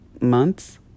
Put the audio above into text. months